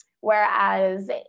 whereas